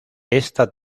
esta